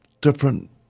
different